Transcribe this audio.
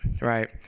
right